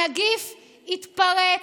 הנגיף התפרץ,